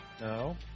No